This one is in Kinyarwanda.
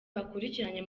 bakurikiranye